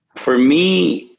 for me,